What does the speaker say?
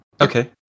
Okay